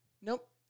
Nope